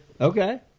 Okay